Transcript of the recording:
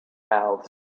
mouths